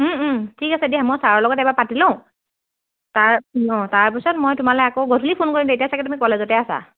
ঠিক আছে দিয়া মই ছাৰৰ লগত এবাৰ পাতি লওঁ তাৰ অঁ তাৰপিছত মই তোমালে আকৌ গধূলি ফোন কৰিম এতিয়া চাগে তুমি কলেজতে আছা